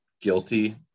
guilty